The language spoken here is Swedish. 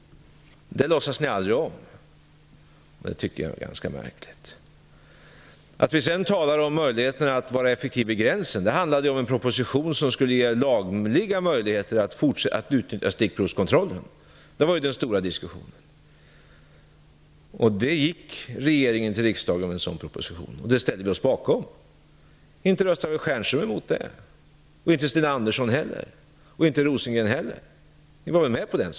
Det låtsas ni aldrig om, och det är ganska märkligt. När vi talar om möjligheten att vara effektiv vid gränsen handlar det om den proposition som skulle ge lagliga möjligheter att utnyttja stickprovskontrollerna. Det var en stor diskussion. Regeringen gick till riksdagen med den propositionen, och man ställde sig bakom den. Inte röstade väl Stjernström, Andersson eller Rosengren emot den? Alla var väl med på det.